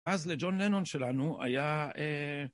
אז לג'ון לנון שלנו, היה, אה...